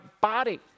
body